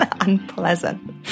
Unpleasant